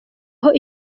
aho